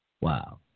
Wow